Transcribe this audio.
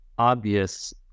obvious